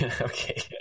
Okay